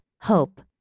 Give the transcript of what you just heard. hope